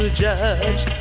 judge